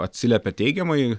atsiliepia teigiamai